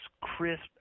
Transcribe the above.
crisp